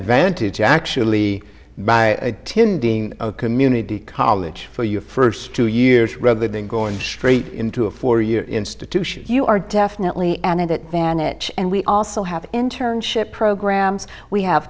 the vantage actually by being a community college for your first two years rather than going straight into a four year institution you are definitely an advantage and we also have internship